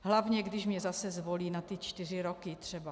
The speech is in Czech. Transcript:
Hlavně když mě zase zvolí na ty čtyři roky, třeba.